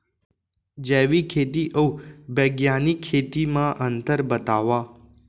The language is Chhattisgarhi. जैविक खेती अऊ बैग्यानिक खेती म अंतर बतावा?